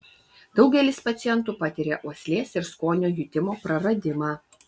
daugelis pacientų patiria uoslės ir skonio jutimo praradimą